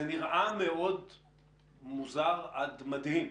זה נראה מאוד מוזר עד מדהים,